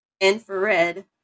infrared